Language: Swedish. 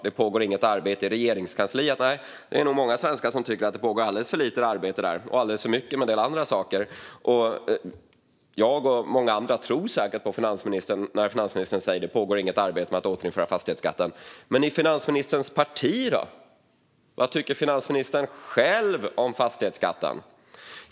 Det är nog många svenskar som tycker att det pågår alldeles för lite arbete i Regeringskansliet med vissa saker och alldeles för mycket med annat. Jag och många andra tror finansministern när han säger att det inte pågår något arbete med att återinföra fastighetsskatten, men vad tycker Socialdemokraterna och finansministern själv om fastighetskatten? Fru talman!